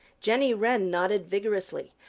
jenny wren nodded vigorously.